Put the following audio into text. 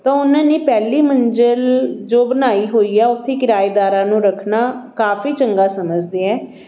ਤਾਂ ਉਹਨਾਂ ਨੇ ਪਹਿਲੀ ਮੰਜ਼ਿਲ ਜੋ ਬਣਾਈ ਹੋਈ ਹੈ ਉੱਥੇ ਕਿਰਾਏਦਾਰਾਂ ਨੂੰ ਰੱਖਣਾ ਕਾਫੀ ਚੰਗਾ ਸਮਝਦੇ ਹੈ